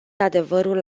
adevărul